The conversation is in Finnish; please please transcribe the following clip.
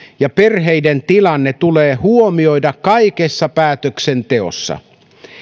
ja perheiden tilanne tulee huomioida kaikessa päätöksenteossa